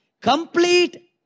complete